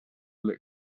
other